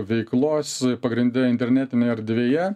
veiklos pagrinde internetinėj erdvėje